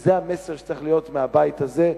וזה המסר שצריך לצאת מהבית הזה.